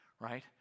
right